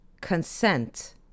Consent